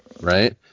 right